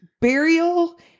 burial